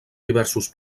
diversos